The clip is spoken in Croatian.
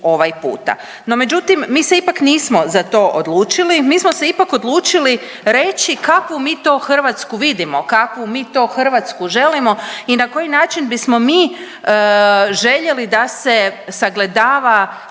No međutim mi se ipak nismo za to odlučili, mi smo se ipak odlučili reći kakvu mi to Hrvatsku vidimo, kakvu mi to Hrvatsku želimo i na koji način bismo mi željeli da se sagledava